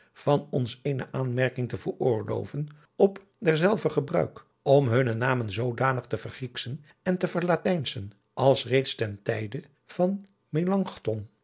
van ons eene aanmerking te veroorloven op derzelver gebruik om hunne namen zoodanig te vergriekschen en verlatijnschen als reeds ten tijde van